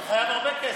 אתה חייב הרבה כסף.